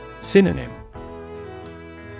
Synonym